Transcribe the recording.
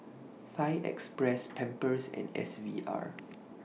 Fine Express Pampers and S V R